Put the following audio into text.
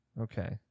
Okay